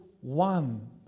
one